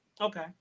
Okay